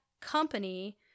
company